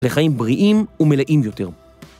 לחיים בריאים ומלאים יותר.